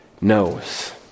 knows